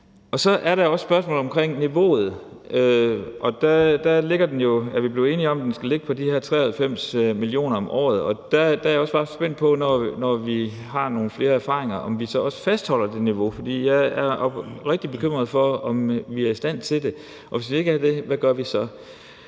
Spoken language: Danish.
Så er der også spørgsmålet omkring niveauet. Der er vi blevet enige om, at det skal ligge på de her 93 mio. kr. om året. Der er jeg også bare spændt på – når vi har nogle flere erfaringer – om vi så også fastholder niveauet. For jeg er oprigtigt bekymret for, om vi er i stand til det. Og hvis vi ikke er det, hvad gør vi så?